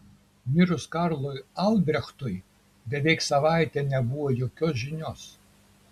mirus karlui albrechtui beveik savaitę nebuvo jokios žinios